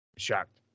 Shocked